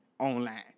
Online